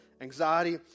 Anxiety